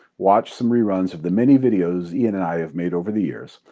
watch some reruns of the many videos ian and i have made over the years.